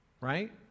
right